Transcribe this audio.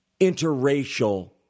interracial